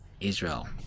Israel